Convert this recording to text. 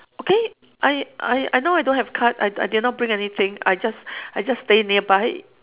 okay I I I now I don't have card I I did not bring anything I just I just stay nearby